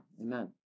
Amen